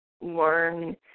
learn